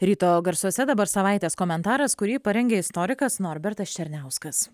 ryto garsuose dabar savaitės komentaras kurį parengė istorikas norbertas černiauskas